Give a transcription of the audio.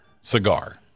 cigar